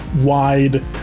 wide